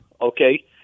okay